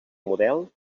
model